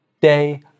day